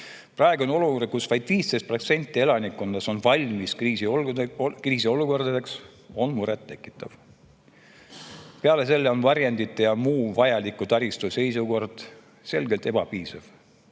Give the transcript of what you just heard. Praegune olukord, kus vaid 15% elanikkonnast on valmis kriisiolukordadeks, on muret tekitav. Peale selle on varjendite ja muu vajaliku taristu seisukord selgelt ebapiisav,